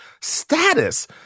status